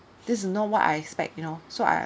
this is not what I expect you know so I